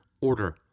order